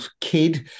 kid